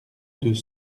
deux